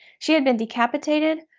she had been decapitated,